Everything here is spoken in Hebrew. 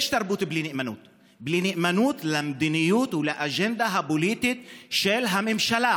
יש תרבות בלי נאמנות בלי נאמנות למדיניות ולאג'נדה הפוליטית של הממשלה,